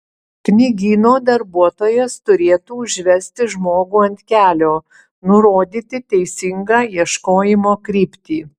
knygyno darbuotojas turėtų užvesti žmogų ant kelio nurodyti teisingą ieškojimo kryptį